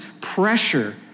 pressure